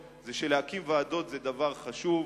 להקים ועדות זה דבר חשוב.